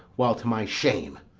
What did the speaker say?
while, to my shame,